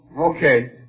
Okay